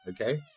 okay